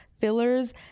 fillers